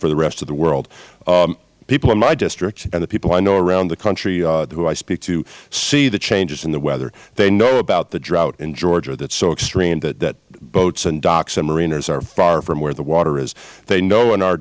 for the rest of the world people in my district and the people i know around the country who i speak to see the changes in the weather they know about the drought in georgia that is so extreme that boats and docks and marinas are far from where the water is they know in our